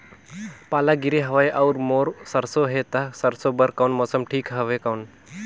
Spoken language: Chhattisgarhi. पाला गिरे हवय अउर मोर सरसो हे ता सरसो बार मौसम ठीक हवे कौन?